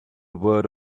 word